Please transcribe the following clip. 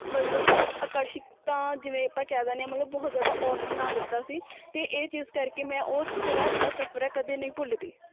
ਮਤਲਬ ਅਕਰਸ਼ਿਤਾਂ ਜਿਵੇਂ ਆਪਾਂ ਕਹਿ ਦਿੰਦੇ ਹਾਂ ਮਤਲਬ ਬਹੁਤ ਜ਼ਿਆਦਾ ਔਡ ਬਣਾ ਦਿੱਤਾ ਸੀ ਅਤੇ ਇਹ ਚੀਜ਼ ਕਰਕੇ ਮੈਂ ਉਹ ਸਿਰਫ ਆਪਣਾ ਸਫਰ ਹੈ ਕਦੇ ਨਹੀਂ ਭੁੱਲਦੀ